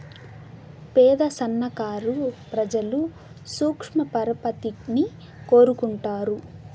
పేద సన్నకారు ప్రజలు సూక్ష్మ పరపతిని కోరుకుంటారు